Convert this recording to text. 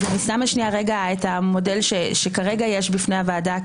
אני שמה לרגע בצד את המודל שכרגע בפני הוועדה.